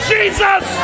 Jesus